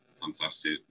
fantastic